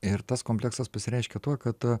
ir tas kompleksas pasireiškia tuo kad